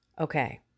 Okay